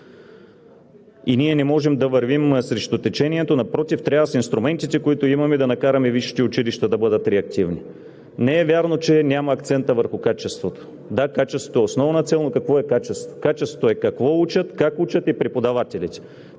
и ние не можем да вървим срещу течението. Напротив, трябва с инструментите, които имаме, да накараме висшите училища да бъдат реактивни. Не е вярно, че няма акцент върху качеството. Да, качеството е основна цел, но какво е качеството? Качеството е какво учат, как учат и преподавателите.